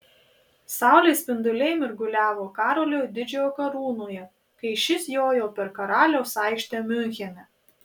saulės spinduliai mirguliavo karolio didžiojo karūnoje kai šis jojo per karaliaus aikštę miunchene